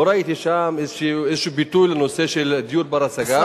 לא ראיתי שם איזה ביטוי לנושא של דיור בר-השגה.